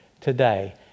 today